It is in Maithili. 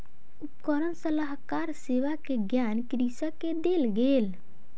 उपकरण सलाहकार सेवा के ज्ञान कृषक के देल गेल